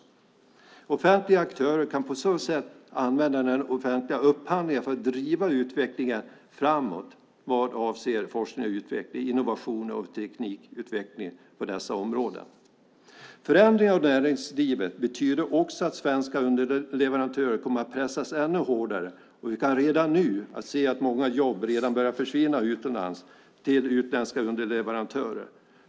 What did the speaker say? Offentliga aktörer kan på så sätt använda offentliga upphandlingar för att driva utvecklingar framåt vad avser forskning och utveckling, innovationer och teknikutveckling på dessa områden. Förändringar av näringslivet betyder att svenska underleverantörer kommer att pressas ännu hårdare. Vi kan redan nu se att många jobb börjar försvinna utomlands till utländska underleverantörer.